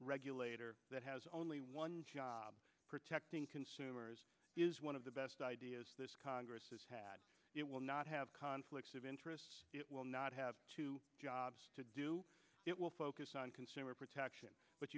regulator that has only one job protecting consumers is one of the best ideas this congress has had it will not have conflicts of interest it will not have two jobs to do it focus on consumer protection but